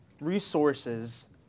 resources